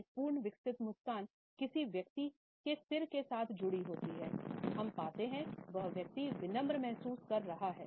एक पूर्ण विकसित मुस्कान किसी व्यक्ति के सिर के साथ जुडी होती हैहम पाते हैं वह व्यक्ति विनम्र महसूस कर रहा है